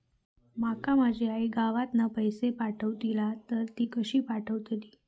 माका माझी आई गावातना पैसे पाठवतीला तर ती कशी पाठवतली?